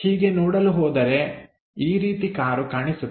ಹೀಗೆ ನೋಡಲು ಹೋದರೆ ಈ ರೀತಿ ಕಾರು ಕಾಣಿಸುತ್ತದೆ